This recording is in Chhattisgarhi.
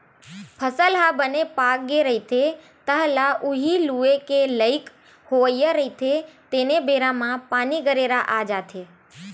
फसल ह बने पाकगे रहिथे, तह ल उही लूए के लइक होवइया रहिथे तेने बेरा म पानी, गरेरा आ जाथे